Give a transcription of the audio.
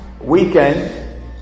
weekend